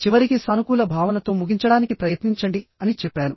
చివరికి సానుకూల భావనతో ముగించడానికి ప్రయత్నించండి అని చెప్పాను